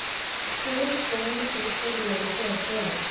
कोन कौन पेपर लगतै सर?